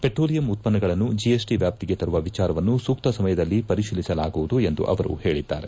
petroleum ಉತ್ತನ್ನಗಳನ್ನು GST ವ್ಯಾಪ್ತಿಗೆ ತರುವ ವಿಚಾರವನ್ನು ಸೂಕ್ತ ಸಮಯದಲ್ಲಿ ಪರಿಶೀಲಿಸಲಾಗುವುದು ಎಂದು ಅವರು ಹೇಳಿದ್ದಾರೆ